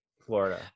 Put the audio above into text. Florida